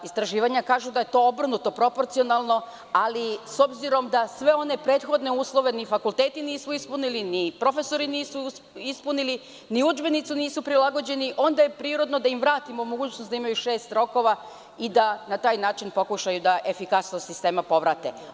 Istraživanja kažu da je to obrnuto proporcionalno, ali s obzirom da sve one prethodne uslove ni fakulteti nisu ispunili, ni profesori nisu ispunili, ni udžbenici nisu prilagođeni, onda je prirodno da im vratimo mogućnost da imaju šest rokova i da na taj način pokušaju da efikasnost sistema povrate.